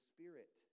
Spirit